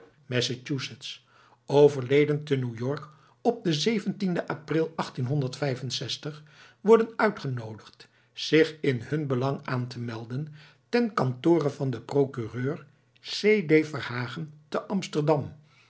overleden te new-york op den den april worden uitgenoodigd zich in hun belang aan te melden ten kantore van den procureur c d verhagen te amsterdam